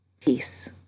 Peace